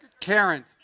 Karen